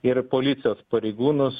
ir policijos pareigūnus